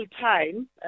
time